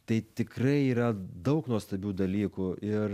tai tikrai yra daug nuostabių dalykų ir